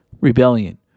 rebellion